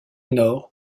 nord